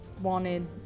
Wanted